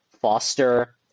foster